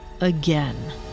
again